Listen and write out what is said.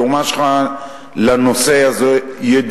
התרומה שלך לנושא הזה ידועה.